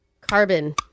Carbon